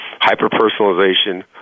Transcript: hyper-personalization